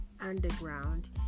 underground